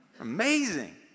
Amazing